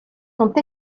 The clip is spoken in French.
sont